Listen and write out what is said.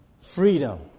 Freedom